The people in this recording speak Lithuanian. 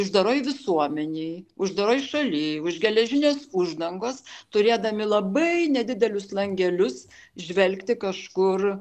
uždaroj visuomenėj uždaroj šaly už geležinės uždangos turėdami labai nedidelius langelius žvelgti kažkur